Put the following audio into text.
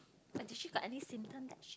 but did she got any symptoms that she